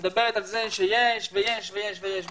שמדברת על זה שיש ויש ויש.